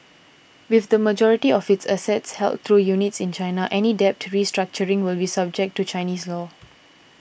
with the majority of its assets held through units in China any debt restructuring will be subject to Chinese law